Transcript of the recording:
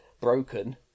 broken